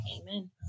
Amen